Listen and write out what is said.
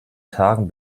tagen